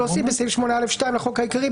תיקון סעיף 8 בסעיף 8(א)(2) לחוק העיקרי,